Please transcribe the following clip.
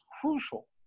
crucial